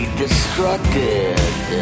destructed